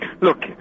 Look